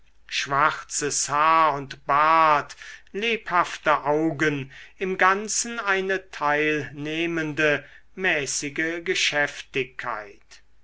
schwarzes haar und bart lebhafte augen im ganzen eine teilnehmende mäßige geschäftigkeit